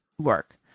work